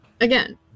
Again